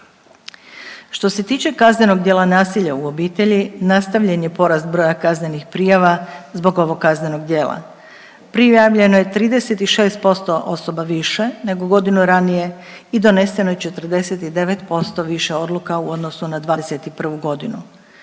Što se tiče kaznenog djela nasilja u obitelji nastavljen je porast broja kaznenih prijava zbog ovog kaznenog djela. Prijavljeno je 36% osoba više nego godinu ranije i doneseno je 49% više odluka u odnosu na '21.g..